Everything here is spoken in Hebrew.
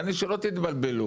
שלא תתבלבלו